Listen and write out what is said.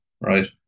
Right